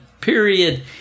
Period